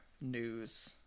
news